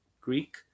Greek